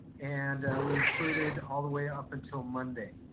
and we included all the way up until monday.